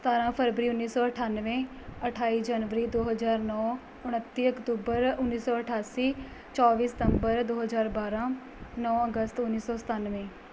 ਸਤਾਰ੍ਹਾਂ ਫਰਵਰੀ ਉੱਨੀ ਸੌ ਅਠਾਨਵੇਂ ਅਠਾਈ ਜਨਵਰੀ ਦੋ ਹਜ਼ਾਰ ਨੌ ਉਨੱਤੀ ਅਕਤੂਬਰ ਉੱਨੀ ਸੌ ਅਠਾਸੀ ਚੌਵੀ ਸਤੰਬਰ ਦੋ ਹਜ਼ਾਰ ਬਾਰ੍ਹਾਂ ਨੌ ਅਗਸਤ ਉੱਨੀ ਸੌ ਸਤਾਨਵੇਂ